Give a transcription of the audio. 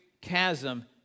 chasm